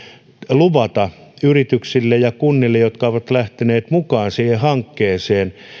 luvata yrityksille ja kunnille jotka ovat lähteneet mukaan siihen hankkeeseen